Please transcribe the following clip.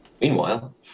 Meanwhile